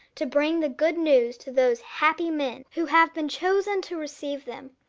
to bring the good news to those happy men who have been chosen to receive them.